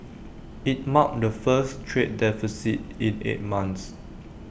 IT marked the first trade deficit in eight months